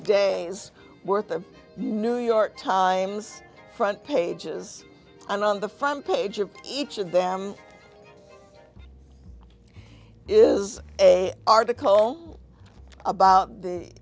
days worth of new york times front pages and on the front page of each of them is a article about the